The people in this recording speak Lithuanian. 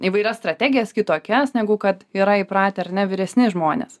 įvairias strategijas kitokias negu kad yra įpratę ar ne vyresni žmonės